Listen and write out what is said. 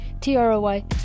T-R-O-Y